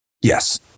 Yes